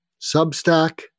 Substack